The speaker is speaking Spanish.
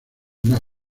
más